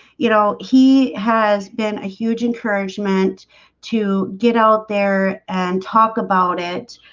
you know, he has been a huge encouragement to get out there and talk about it